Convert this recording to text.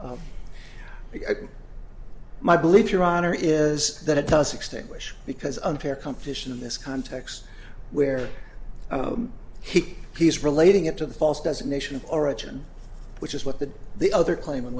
honor is that it does extinguish because unfair competition in this context where he he's relating it to the false designation of origin which is what the the other claim in